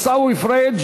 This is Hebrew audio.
הצעת חוק הבנקאות (שירות ללקוח)